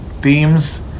themes